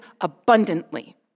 abundantly